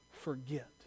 forget